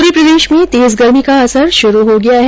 पूरे प्रदेश में तेज गर्मी का असर शुरू हो गया है